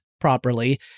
properly